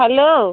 hello